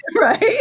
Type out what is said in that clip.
Right